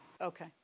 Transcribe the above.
Okay